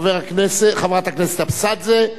חברת הכנסת אבסדזה,